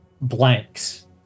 blanks